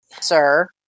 sir